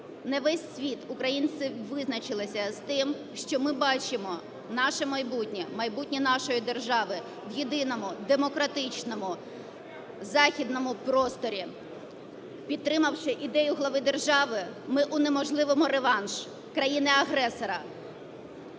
на весь світ українці визначилися з тим, що ми бачимо наше майбутнє, майбутнє нашої держави в єдиному демократичному західному просторі. Підтримавши ідею Глави держави, ми унеможливимо реванш країни-агресора.